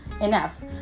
Enough